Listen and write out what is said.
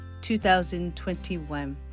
2021